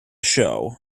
show